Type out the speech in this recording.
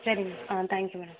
சரி ஆ thank you madam